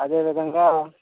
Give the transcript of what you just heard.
అదే విధంగా